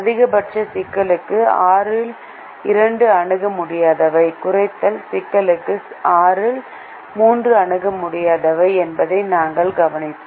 அதிகபட்ச சிக்கலுக்கு 6 இல் 2 அணுக முடியாதவை குறைத்தல் சிக்கலுக்கு 6 இல் 3 அணுக முடியாதவை என்பதை நாங்கள் கவனித்தோம்